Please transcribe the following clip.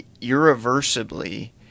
irreversibly